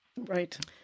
Right